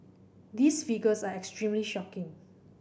these figures are extremely shocking